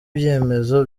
ibyemezo